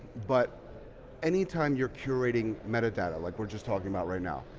but any time you're curating metadata like we're just talking about right now.